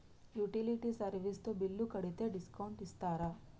Utility service తో bill కడితే discount ఇస్తరా?